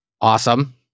Awesome